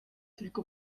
tylko